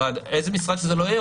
איזה משרד שלא יהיה,